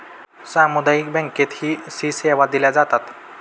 सामुदायिक बँकेतही सी सेवा दिल्या जातात